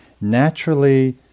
naturally